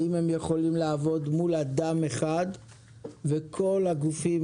האם הם יכולים לעבוד מול אדם אחד וכל הגופים